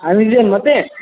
हामी दुईजना मात्रै